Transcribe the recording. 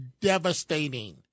devastating